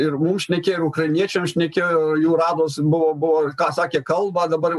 ir mum šnekėjo ir ukrainiečiam šnekėjo jų rados buvo buvo ką sakė kalbą dabar